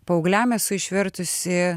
paaugliam esu išvertusi